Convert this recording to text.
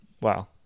Wow